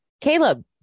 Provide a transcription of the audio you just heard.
Caleb